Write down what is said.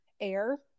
air